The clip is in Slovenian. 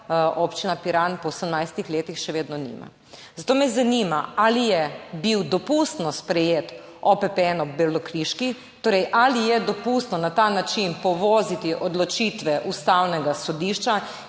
Občina Piran po 18 letih še vedno nima. Zato me zanima: Ali je bilo dopustno sprejeti OPP 1 Ob Belokriški, torej ali je dopustno na ta način povoziti odločitve Ustavnega sodišča